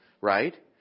right